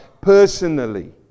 personally